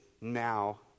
now